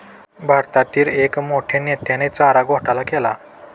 भारतातील एक मोठ्या नेत्याने चारा घोटाळा केला